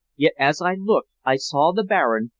yet as i looked i saw the baron,